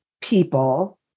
people